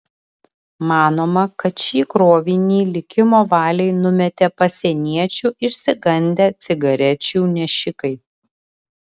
manoma kad šį krovinį likimo valiai numetė pasieniečių išsigandę cigarečių nešikai